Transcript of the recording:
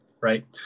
Right